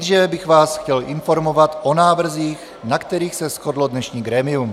Nejdříve bych vás chtěl informovat o návrzích, na kterých se shodlo dnešní grémium.